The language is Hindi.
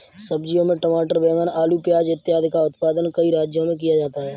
सब्जियों में टमाटर, बैंगन, आलू, प्याज इत्यादि का उत्पादन कई राज्यों में किया जाता है